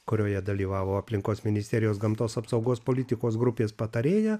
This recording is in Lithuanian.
kurioje dalyvavo aplinkos ministerijos gamtos apsaugos politikos grupės patarėja